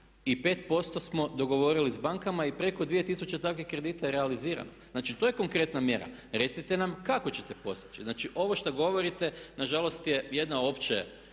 i 5% smo dogovorili s bankama i preko 2000 takvih kredita je realizirano. Znači to je konkretna mjera. Recite nam kako ćete postići. Znači ovo što govorite nažalost je jedna